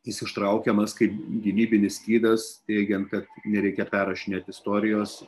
jis ištraukiamas kaip gynybinis skydas teigiant kad nereikia perrašinėti istorijos